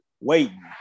waiting